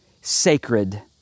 sacred